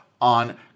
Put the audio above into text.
on